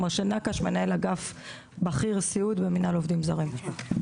משה נקש מנהל אגף בכיר סיעוד ומנהל עובדים זרים.